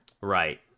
Right